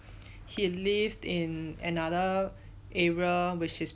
he lived in another area which is